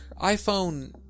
iPhone